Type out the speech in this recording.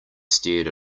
stared